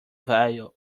value